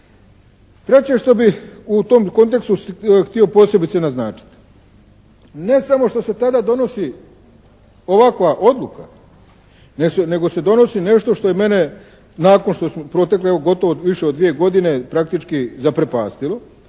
Treće što bih u tom kontekstu htio posebice naznačiti. Ne samo što se tada donosi ovakva odluka nego se donosi nešto što je mene nakon što su, evo proteklo je gotovo više od dvije godine, praktički zaprepastilo,